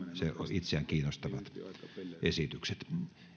itseään kiinnostavat esitykset